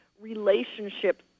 relationships